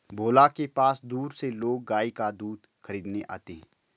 भोला के पास दूर से लोग गाय का दूध खरीदने आते हैं